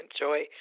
enjoy